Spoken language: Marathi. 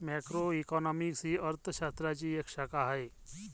मॅक्रोइकॉनॉमिक्स ही अर्थ शास्त्राची एक शाखा आहे